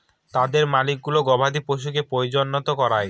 তাদের মালিকগুলো গবাদি পশুদের প্রজনন করায়